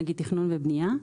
נגיד תכנון ובנייה,